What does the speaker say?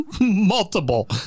multiple